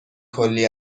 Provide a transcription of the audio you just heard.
کلی